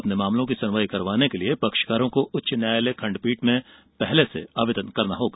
अपने मामलों की सुनवाई करवाने के लिए पक्षकारों को उच्च न्यायालय खण्डपीठ में पहले से आवेदन करना होगा